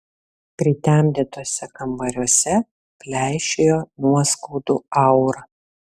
pritemdytuose kambariuose pleišėjo nuoskaudų aura